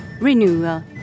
renewal